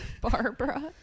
Barbara